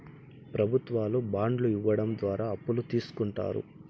ప్రభుత్వాలు బాండ్లు ఇవ్వడం ద్వారా అప్పులు తీస్కుంటారు